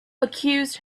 accused